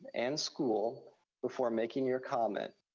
and school before making your comment,